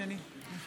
נא